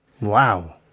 Wow